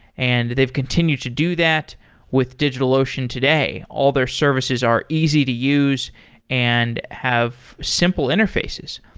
and they've continued to do that with digitalocean today. all their services are easy to use and have simple interfaces.